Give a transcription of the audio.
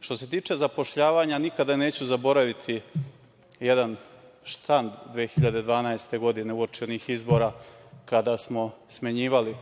se tiče zapošljavanje nikada neću zaboraviti jedan štand 2012. godine uoči onih izbora kada smo smenjivali